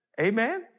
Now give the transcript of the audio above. Amen